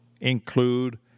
include